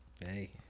Hey